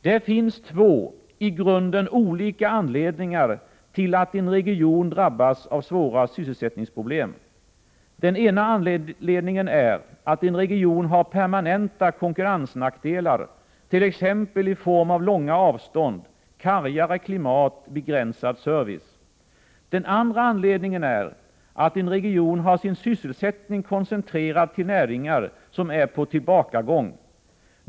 Det finns två i grunden olika anledningar till att en region drabbas av svåra sysselsättningsproblem. Den ena är att en region har permanenta konkurrensnackdelar, t.ex. i form av långa avstånd, kargare klimat, begränsad service. Den andra anledningen är att en region har sin sysselsättning koncentrerad till näringar som är på tillbakagång.